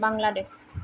Bangladesh